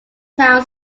town